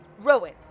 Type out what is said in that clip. Rowan